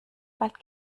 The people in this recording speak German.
bald